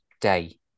Day